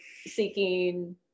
seeking